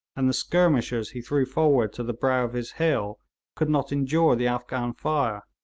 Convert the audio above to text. and the skirmishers he threw forward to the brow of his hill could not endure the afghan fire.